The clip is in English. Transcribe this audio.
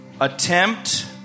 attempt